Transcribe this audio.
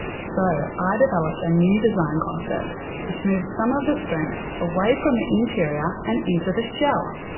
so i developed a new design concept which moves some of the strength away from the interior and into the shell.